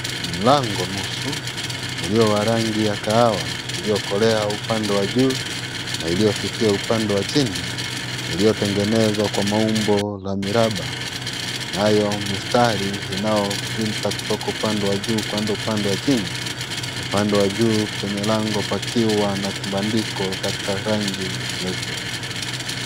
Mlango nusu, uliowarangi ya kahawa, iliyokolea upande wa juu na iliyofifia upande wa chini, iliyotengenezwa kwa maumbo na miraba, nayo mistari inayopita kutoka upande wa juu kwenda upande wa chini, upande wa juu penya lango pakiwa na kibandiko katika rangi nyeupe.